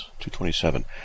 227